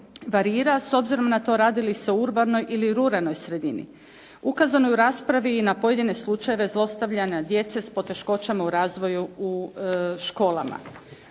varira s obzirom na to radi li se o urbanoj ili ruralnoj sredini. Ukazano je u raspravi i na pojedine slučajeve zlostavljanja djece s poteškoćama u razvoju u školama.